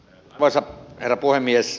arvoisa herra puhemies